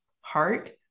heart